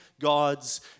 God's